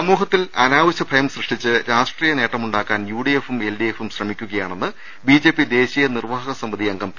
സമൂഹത്തിൽ അനാവശൃ ഭയം സൃഷ്ടിച്ച് രാഷ്ട്രീയ നേട്ടം ഉണ്ടാ ക്കാൻ യുഡിഎഫും എൽഡിഎഫും ശ്രമിക്കുകയാണെന്ന് ബിജെപി ദേശീയ നിർവാഹക സമിതി അംഗം പി